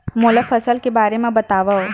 मोला फसल के बारे म बतावव?